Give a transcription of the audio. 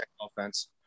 offense